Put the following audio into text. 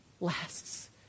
Lasts